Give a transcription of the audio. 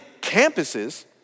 campuses